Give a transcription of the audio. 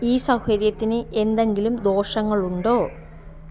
ഈ സൗകര്യത്തിന് എന്തെങ്കിലും ദോഷങ്ങളുണ്ടോ